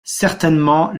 certainement